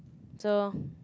so